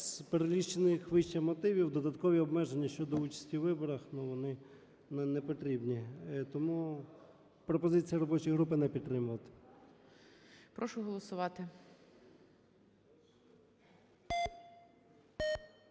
перелічених вище мотивів. Додаткові обмеження щодо участі у виборах, ну, вони нам не потрібні. Тому пропозиція робочої групи не підтримувати. ГОЛОВУЮЧИЙ. Прошу голосувати.